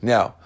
Now